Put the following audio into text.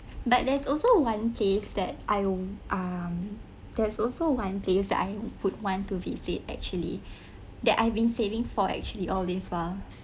but there's also one place that I wan~ um there's also one place I would want to visit actually that I've been saving for actually all this while